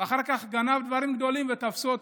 אחר כך גנב דברים גדולים ותפסו אותו,